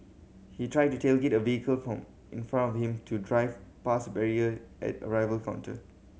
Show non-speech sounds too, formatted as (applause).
he tried to tailgate the vehicle (unintelligible) in front of him to drive past a barrier at the arrival counter